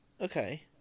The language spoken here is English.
okay